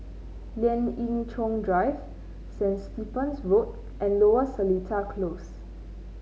Lien Ying Chow Drive Saint Stephen's Road and Lower Seletar Close